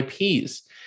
IPs